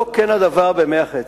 לא כן הדבר במוח עצם.